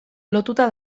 lotuta